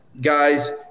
guys